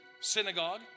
synagogue